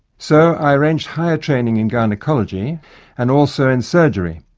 so i arranged higher training in gynaecology and also in surgery.